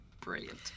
Brilliant